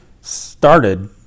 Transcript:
started